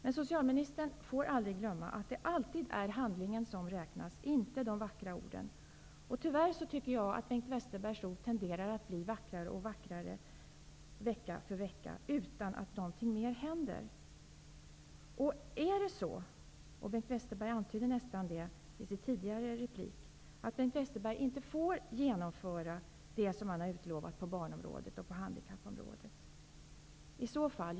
Men socialministern får aldrig glömma att det alltid är handlingen som räknas, inte de vackra orden. Tyvärr tenderar Bengt Westerbergs ord att bli vackrare och vackrare vecka för vecka, utan att någonting mer händer. Är det så att Bengt Westerberg -- han antydde nästan det i sitt tidigare inlägg -- inte får genomföra det som han har utlovat på barnområdet och på handikappområdet?